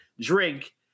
drink